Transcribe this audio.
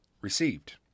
received